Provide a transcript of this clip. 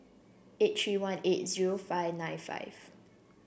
eight three one eight zero five nine five